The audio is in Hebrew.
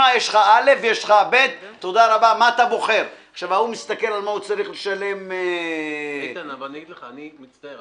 שני מסלולים --- אני מצטער.